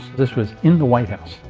this was in the white house!